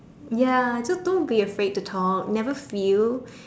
ya just don't be afraid to talk never feel